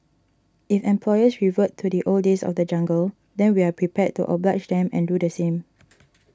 if employers revert to the old days of the jungle then we are prepared to oblige them and do the same